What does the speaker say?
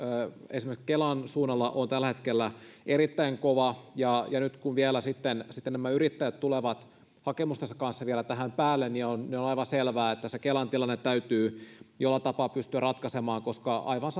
esimerkiksi kelan suunnalla on tällä hetkellä erittäin kova nyt kun sitten sitten nämä yrittäjät tulevat hakemustensa kanssa vielä tähän päälle niin on on aivan selvää että se kelan tilanne täytyy jollain tapaa pystyä ratkaisemaan koska aivan